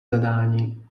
zadání